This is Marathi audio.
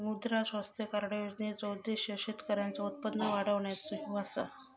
मुद्रा स्वास्थ्य कार्ड योजनेचो उद्देश्य शेतकऱ्यांचा उत्पन्न वाढवणा ह्यो असा